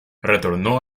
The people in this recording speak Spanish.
retornó